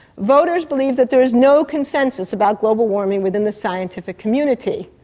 voters believe that there is no consensus about global warming within the scientific community.